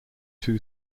two